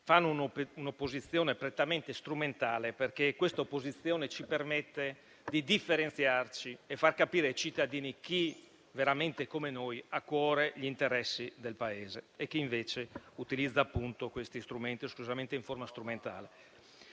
fanno un'opposizione prettamente strumentale, perché ci permette di differenziarci e far capire ai cittadini chi veramente, come noi, ha a cuore gli interessi del Paese e chi, invece, utilizza questi strumenti esclusivamente in forma strumentale.